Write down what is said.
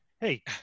hey